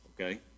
Okay